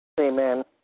Amen